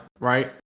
right